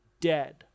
dead